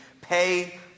Pay